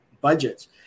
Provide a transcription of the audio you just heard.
budgets